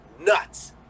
nuts